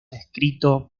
descrito